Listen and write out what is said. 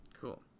Cool